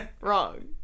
Wrong